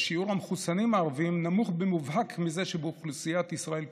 ושיעור המחוסנים הערבים נמוך במובהק מזה שבאוכלוסיית ישראל כולה.